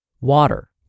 Water